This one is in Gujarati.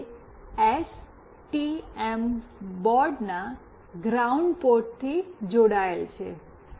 છે જે એસટીએમ બોર્ડના ગ્રાઉન્ડ પોર્ટથી જોડાયેલ છે